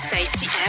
Safety